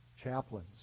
chaplains